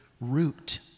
root